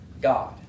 God